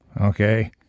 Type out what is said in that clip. Okay